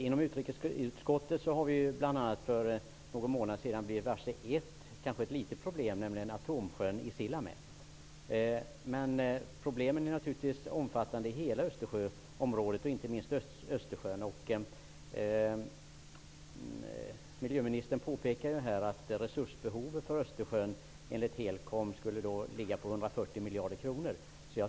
I utrikesutskottet har vi för någon månad sedan bl.a. blivit varse ett problem som kanske är ett litet problem, nämligen Atomsjön i Sillamäe. Problemen omfattar naturligtvis hela Östersjöområdet och inte minst Östersjön. Miljöministern påpekade att resursbehovet för Östersjön enligt Helcom skulle ligga på 140 miljarder kronor.